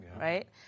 right